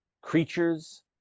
creatures